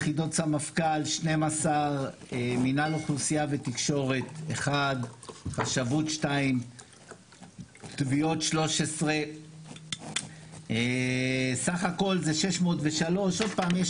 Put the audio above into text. יחידות סמפכ"ל 12. מנהל אוכלוסייה ותקשורת 1. חשבות 2. תביעות 13. סך הכל זה 603. עוד פעם,